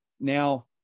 Now